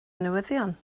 newyddion